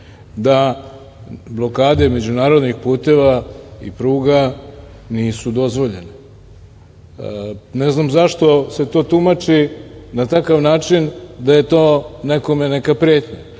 da blokade međunarodnih puteva i pruga nisu dozvoljene. Ne znam zašto se to tumači na takav način da je to nekome neka pretnja,